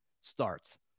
starts